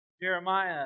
Jeremiah